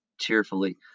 cheerfully